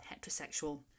heterosexual